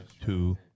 two